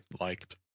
liked